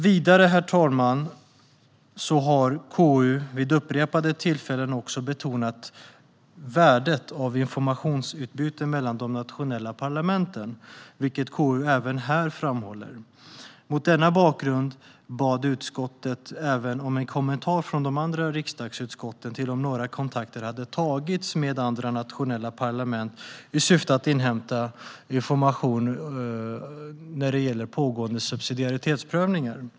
Vidare, herr talman, har KU vid upprepade tillfällen betonat värdet av informationsutbyte mellan de nationella parlamenten, vilket KU även här framhåller. Mot denna bakgrund bad utskottet även om en kommentar från de andra riksdagsutskotten till om några kontakter hade tagits med andra nationella parlament i syfte att inhämta information om pågående subsidiaritetsprövningar.